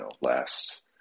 last